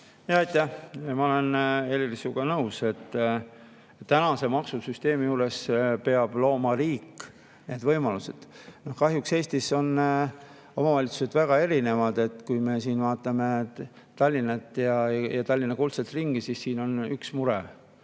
Ma olen, Helir, sinuga nõus, et tänase maksusüsteemi puhul peab looma riik need võimalused. Kahjuks on Eestis omavalitsused väga erinevad. Kui me vaatame Tallinna ja Tallinna kuldset ringi, siis siin on üks mure: